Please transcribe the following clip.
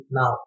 now